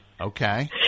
Okay